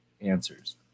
answers